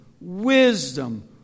wisdom